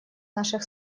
наших